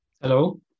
Hello